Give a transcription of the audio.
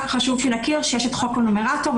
חשוב שנכיר שיש את חוק הנומרטור.